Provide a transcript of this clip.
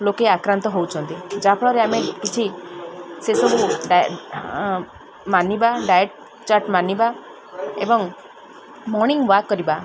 ଲୋକେ ଆକ୍ରାନ୍ତ ହଉଚନ୍ତି ଯାହାଫଳରେ ଆମେ କିଛି ସେସବୁ ମାନିବା ଡାଏଟ୍ ଚାଟ୍ ମାନିବା ଏବଂ ମର୍ଣ୍ଣିଂ ୱାକ୍ କରିବା